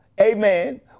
amen